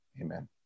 Amen